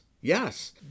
yes